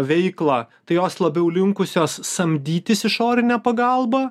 veiklą tai jos labiau linkusios samdytis išorinę pagalbą